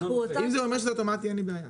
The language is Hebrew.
אם את אומרת שזה אוטומטי אין לי בעיה.